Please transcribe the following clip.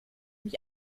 mich